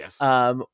Yes